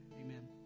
Amen